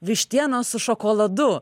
vištienos su šokoladu